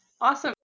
Awesome